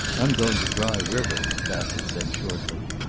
i'm going to dry river, bassett said shortly.